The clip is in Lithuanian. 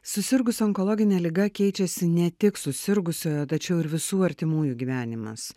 susirgus onkologine liga keičiasi ne tik susirgusiojo tačiau ir visų artimųjų gyvenimas